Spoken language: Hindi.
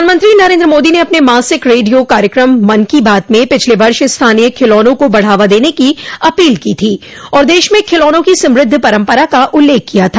प्रधानमंत्री नरेंद्र मोदी ने अपने मासिक रेडियो कार्यक्रम मन की बात में पिछले वर्ष स्थानीय खिलौनों को बढ़ावा देने की अपील की थी और देश में खिलौनों की समृद्ध परंपरा का उल्लेख किया था